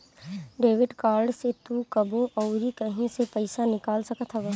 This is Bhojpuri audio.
डेबिट कार्ड से तू कबो अउरी कहीं से पईसा निकाल सकत हवअ